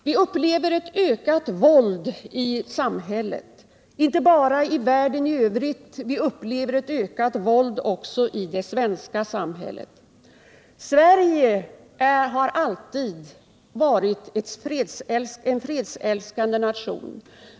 Vi upplever ett ökat våld också i det svenska samhället, inte bara i världen i övrigt. Sverige har alltid varit en fredsälskande nation.